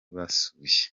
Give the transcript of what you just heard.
basuye